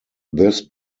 this